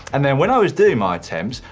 and then when i was doing my attempts,